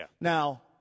Now